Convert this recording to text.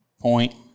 point